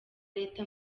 leta